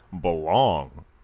belong